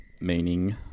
Meaning